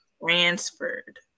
Transferred